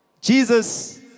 Jesus